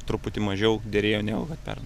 truputį mažiau derėjo negu kad pernai